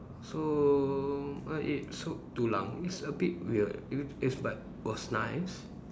so I ate sup tulang it's a bit weird it it's like was nice